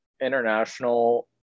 international